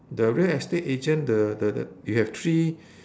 the real estate agent the the the you have three